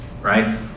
right